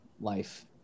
life